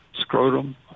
scrotum